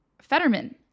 Fetterman